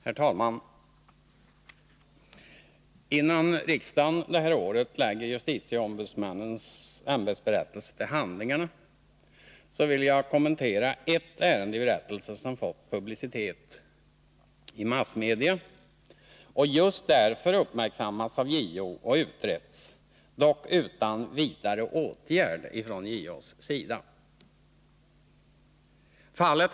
Herr talman! Innan riksdagen detta år lägger justitieombudsmännens ämbetsberättelse till handlingarna vill jag kommentera ett ärende i berättelsen vilket fått publicitet i massmedia och just därför uppmärksammats av JO och utretts, dock utan någon vidare åtgärd från JO:s sida.